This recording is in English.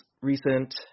recent